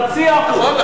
0.5%. נכון.